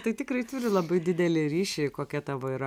tai tikrai turi labai didelį ryšį kokia tavo yra